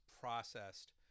processed